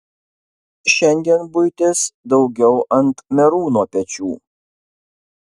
šiandien buitis daugiau ant merūno pečių